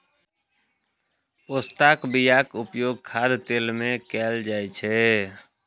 पोस्ताक बियाक उपयोग खाद्य तेल मे कैल जाइ छै